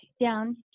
down